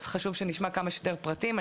אז חשוב שנשמע כמה שיותר פרטים.